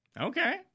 okay